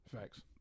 Facts